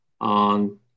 on